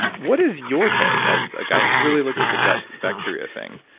what is your take as a guy who's really looked at the gut bacteria thing?